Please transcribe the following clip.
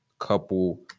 couple